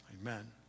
Amen